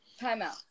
Timeout